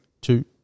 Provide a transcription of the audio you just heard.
two